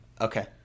okay